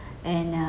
and uh